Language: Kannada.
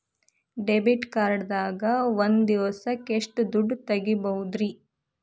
ಡೆಬಿಟ್ ಕಾರ್ಡ್ ದಾಗ ಒಂದ್ ದಿವಸಕ್ಕ ಎಷ್ಟು ದುಡ್ಡ ತೆಗಿಬಹುದ್ರಿ?